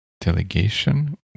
delegation